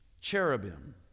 Cherubim